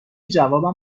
جوابم